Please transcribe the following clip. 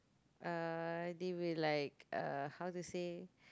uh they will like uh how to say